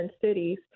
cities